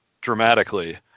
dramatically